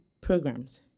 programs